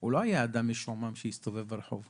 הוא לא היה אדם משועמם שהסתובב ברחוב.